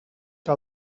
que